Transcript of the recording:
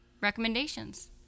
recommendations